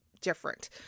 different